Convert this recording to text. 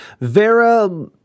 Vera